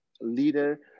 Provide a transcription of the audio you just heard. leader